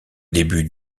début